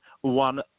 one